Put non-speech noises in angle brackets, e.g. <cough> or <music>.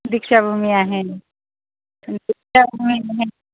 दीक्षाभूमी आहे <unintelligible>